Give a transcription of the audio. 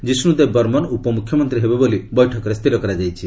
ଜିସ୍ବଦେବ ବର୍ମନ୍ ଉପମୁଖ୍ୟମନ୍ତ୍ରୀ ହେବେ ବୋଲି ବୈଠକରେ ସ୍ଥିର କରାଯାଇଛି